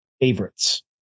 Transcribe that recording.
favorites